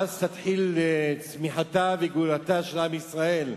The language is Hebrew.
ואז תתחיל צמיחתו, גאולתו של עם ישראל.